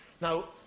Now